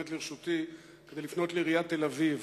שעומדת לרשותי כדי לפנות אל עיריית תל-אביב.